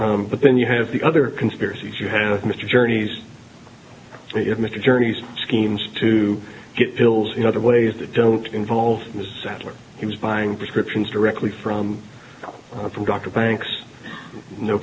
but then you have the other conspiracies you have mr journeys if mr journeys schemes to get pills in other ways that don't involve the saddler he was buying prescriptions directly from the from dr banks no